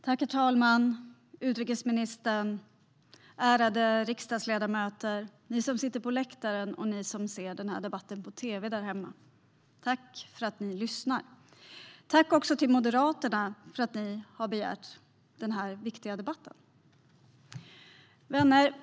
Herr talman, utrikesministern, ärade riksdagsledamöter, ni som sitter på läktaren och ni som ser denna debatt på teve hemma! Tack för att ni lyssnar! Jag vill också tacka Moderaterna för att de har begärt denna viktiga debatt. Vänner!